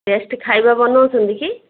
test ଖାଇବା ବନାଉଛନ୍ତି କି